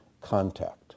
contact